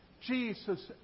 Jesus